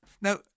Now